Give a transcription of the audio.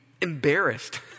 embarrassed